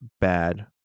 bad